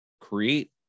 create